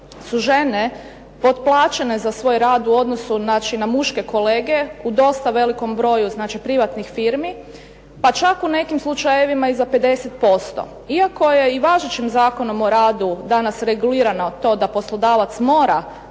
su žene potplaćene za svoj rad u odnosu znači na muške kolege u dosta velikom broju, znači privatnih firmi, pa čak u nekim slučajevima i za 50%. Iako je i važećim Zakonom o radu danas regulirano to da poslodavac mora